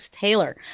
Taylor